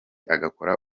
agakora